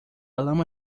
lama